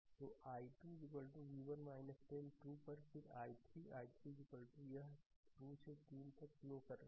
तो i2 v1 10 2 पर फिर i3 i3 यह 2 से 3 तक फ्लो कर रहा है